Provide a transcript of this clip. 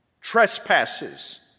trespasses